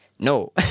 No